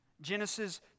Genesis